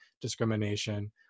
discrimination